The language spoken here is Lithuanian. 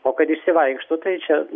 o kad išsivaikšto tai čia